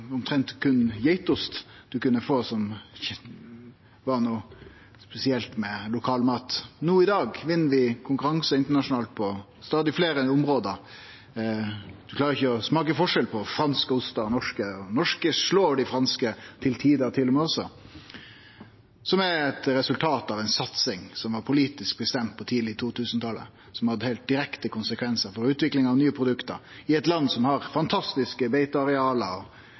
omtrent berre geitost ein kunne få som spesiell lokalmat. I dag vinn vi konkurransar internasjonalt på stadig fleire område. Vi klarer ikkje å smake forskjell på franske ostar og norske. Dei norske slår til tider dei franske også, som er eit resultat av satsing som var politisk bestemt tidleg på 2000-talet, som har hatt heilt direkte konsekvensar for utvikling av nye produkt i eit land som har heilt fantastiske beiteareal og